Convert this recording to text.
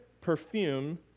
perfume